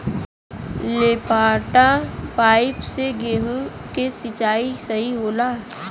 लपेटा पाइप से गेहूँ के सिचाई सही होला?